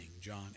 John